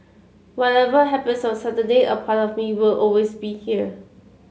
whatever happens on Saturday a part of me will always be here